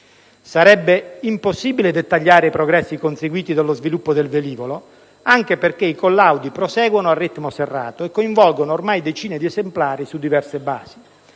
Sarebbe impossibile dettagliare i progressi conseguiti dallo sviluppo del velivolo, anche perché i collaudi proseguono a ritmo serrato e coinvolgono ormai decine di esemplari su diverse basi.